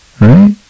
Right